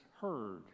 heard